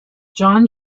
john